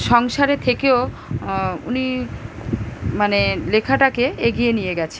সংসারে থেকেও উনি মানে লেখাটাকে এগিয়ে নিয়ে গেছে